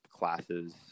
classes